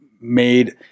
made